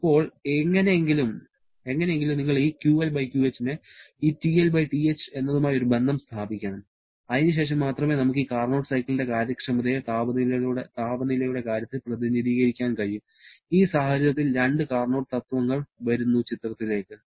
ഇപ്പോൾ എങ്ങനെയെങ്കിലും നിങ്ങൾ ഈ 'QLQH' നെ ഈ 'TLTH' എന്നതുമായി ഒരു ബന്ധം സ്ഥാപിക്കണം അതിനുശേഷം മാത്രമേ നമുക്ക് ഈ കാർനോട്ട് സൈക്കിളിന്റെ കാര്യക്ഷമതയെ താപനിലയുടെ കാര്യത്തിൽ പ്രതിനിധീകരിക്കാൻ കഴിയൂ ഈ സാഹചര്യത്തിൽ രണ്ട് കാർനോട്ട് തത്വങ്ങൾ വരുന്നു ചിത്രത്തിലേക്ക്